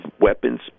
weapons